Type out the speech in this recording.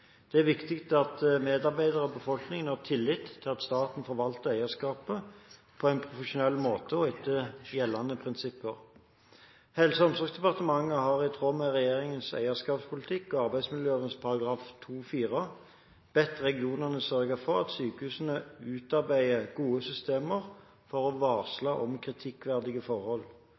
Det er viktig at medarbeidere og befolkningen har tillit til at staten forvalter eierskapet på en profesjonell måte og etter gjeldende prinsipper. Helse- og omsorgsdepartementet har i tråd med regjeringens eierskapspolitikk og arbeidsmiljøloven § 2-4 bedt regionene sørge for at sykehusene utarbeider gode systemer for å varsle om kritikkverdige forhold.